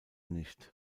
nicht